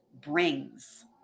brings